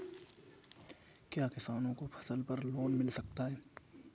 क्या किसानों को फसल पर लोन मिल सकता है?